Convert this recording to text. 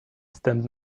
stand